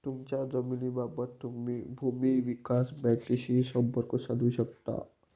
तुमच्या जमिनीबाबत तुम्ही भूमी विकास बँकेशीही संपर्क साधू शकता